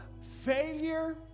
failure